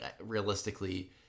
realistically